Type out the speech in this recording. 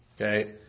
Okay